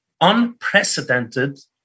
unprecedented